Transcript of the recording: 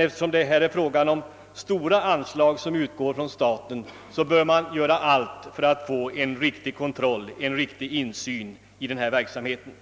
eftersom det här gäller stora anslag som utgår från staten bör man göra allt för att få en riktig kontroll och insyn i verksamheten.